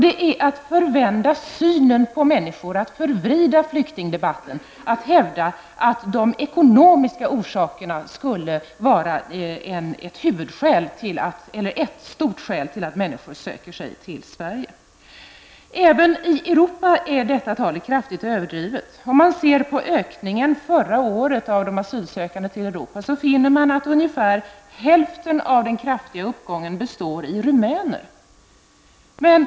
Det är att förvända synen på människor, att förvrida flyktingdebatten att hävda att det ekonomiska orsakerna skulle vara ett starkt skäl till att människor söker sig till Sverige. Även i Europa är detta kraftigt överdrivet. Om man ser på ökningen förra året av de asylsökande till Europa, finner man att ungefär hälften av den kraftiga uppgången består av rumäner.